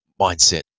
mindset